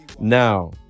now